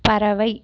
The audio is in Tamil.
பறவை